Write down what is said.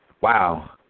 wow